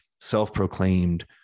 self-proclaimed